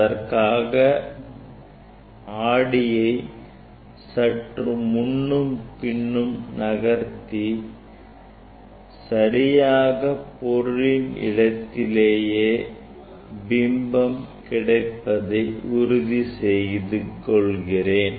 அதற்காக நான் ஆடியை சற்று முன்னும் பின்னும் நகர்த்தி சரியாக பொருளின் இடத்திலேயே பிம்பம் கிடைப்பதை உறுதி செய்து கொள்கிறேன்